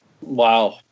Wow